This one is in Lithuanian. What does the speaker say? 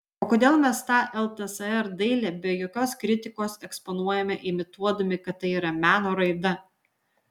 o kodėl mes tą ltsr dailę be jokios kritikos eksponuojame imituodami kad tai yra meno raida